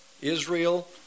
Israel